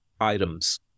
items